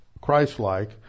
Christ-like